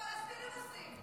פלסטינים אונסים,